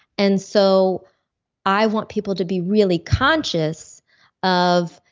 and so i want people to be really conscious of,